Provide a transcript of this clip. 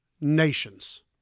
Nations